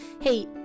Hey